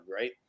right